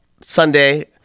Sunday